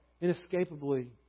inescapably